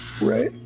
right